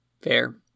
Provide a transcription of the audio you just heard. Fair